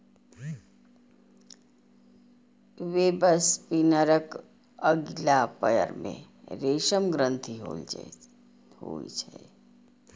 वेबस्पिनरक अगिला पयर मे रेशम ग्रंथि होइ छै